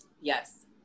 Yes